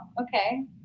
Okay